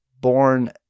born